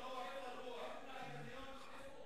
איזה תאריכים?